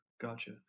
gotcha